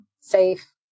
safe